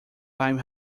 lyme